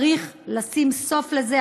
צריך לשים סוף לזה.